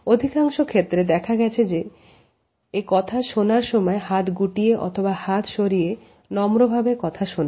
অধিকাংশ ক্ষেত্রে দেখা গেছে যে এ কথা শোনার সময় হাত গুটিয়ে অথবা হাত সরিয়ে নম্রভাবে কথা শোনে